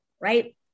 right